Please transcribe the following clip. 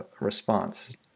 response